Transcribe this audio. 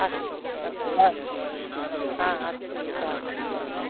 अस् अस् आम् आम् अस्तु अस्तु स्वागतं स्वागतम्